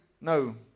No